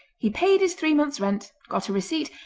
he paid his three months' rent, got a receipt,